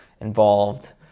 involved